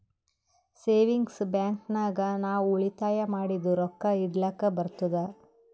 savings bank ನಾಗ್ ನಾವ್ ಉಳಿತಾಯ ಮಾಡಿದು ರೊಕ್ಕಾ ಇಡ್ಲಕ್ ಬರ್ತುದ್